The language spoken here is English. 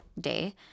Day